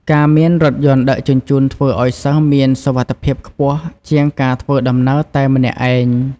ការមានរថយន្តដឹកជញ្ជូនធ្វើឱ្យសិស្សមានសុវត្ថិភាពខ្ពស់ជាងការធ្វើដំណើរតែម្នាក់ឯង។